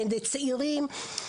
בין צעירים.